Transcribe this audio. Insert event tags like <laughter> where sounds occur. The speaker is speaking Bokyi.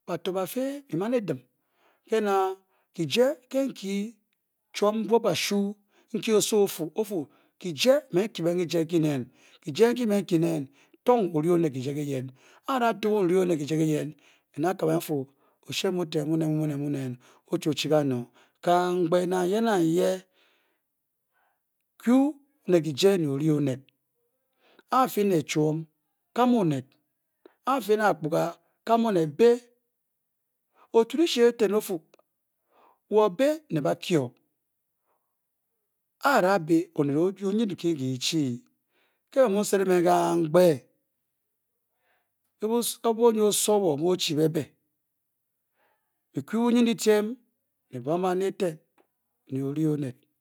Nan bato bafe bi man e-dim ke nah, kije ke kyi chuom mbuop kashuu nki osowo o-fuu, o-fuu, kije me n kyi ben kije nki nen kije nki me n kyi nen tong ori oned kije gi-yen, a-ada tong ori-oned kije kiyen, nda kabe n-fuu, oshie muten mu oned mu nen ochi o-chi kanong Kamgbe nangye nangye, kwu ne kije ne ori-oned A a-fi ne chuom, kam oned aa-fi ne akpuga kam oned, bei otu dishi eten ofu, wo bei <unintelligible> oned o-nyide nki ki gi chii. Nke mè m mu n sede ben kamgbe kě abuo nyi osowo mu ochi bébě, bi kwu ne bunyin ditem ne buan bane etea, ne ori-oned